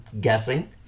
guessing